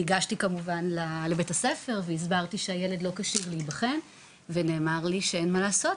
ניגשתי לבית הספר והסברתי שהילד לא כשיר להיבחן ונאמר לי שאין מה לעשות,